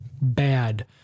bad